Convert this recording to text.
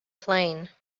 plane